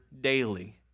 daily